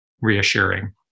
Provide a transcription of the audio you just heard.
reassuring